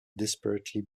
desperately